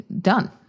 done